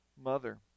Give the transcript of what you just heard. mother